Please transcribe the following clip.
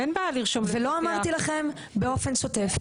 ולא אמרתי לכם באופן שוטף,